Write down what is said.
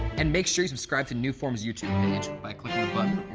and make sure you subscribe to new forms' youtube page by clicking